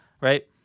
right